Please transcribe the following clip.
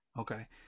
okay